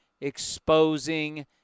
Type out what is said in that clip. exposing